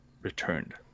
returned